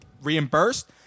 reimbursed